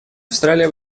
австралия